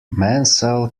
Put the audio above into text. mansell